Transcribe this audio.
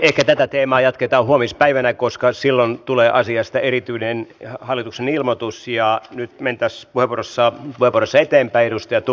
ehkä tätä teemaa jatketaan huomispäivänä koska silloin tulee asiasta erityinen hallituksen ilmoitus ja nyt menemme puheenvuoroissa eteenpäin